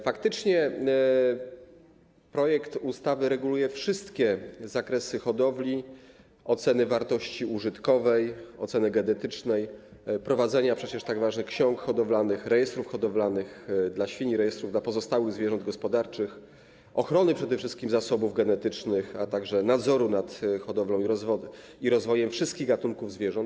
Faktycznie projekt ustawy reguluje wszystkie zakresy hodowli, oceny wartości użytkowej, oceny genetycznej, prowadzenia przecież tak ważnych ksiąg hodowlanych, rejestrów hodowlanych dla świń i rejestrów dla pozostałych zwierząt gospodarczych, ochrony przede wszystkim zasobów genetycznych, a także nadzoru nad hodowlą i rozwojem wszystkich gatunków zwierząt.